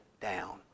down